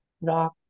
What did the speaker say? rock